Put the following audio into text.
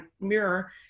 mirror